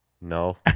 No